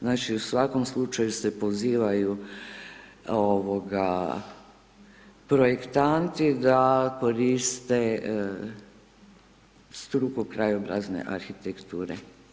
Znači u svakom slučaju se pozivaju projektanti da koriste struku krajobrazne arhitekture.